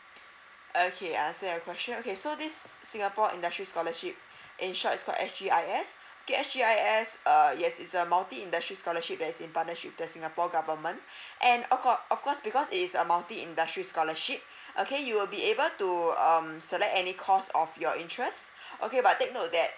okay I understand your question okay so this singapore industry scholarship in short it's called S_G_I_S okay S_G_I_S err yes it's a multi industry scholarship there's in partnership with the singapore government and of cou~ of course because it is a multi industry scholarship okay you will be able to um select any course of your interest okay but take note that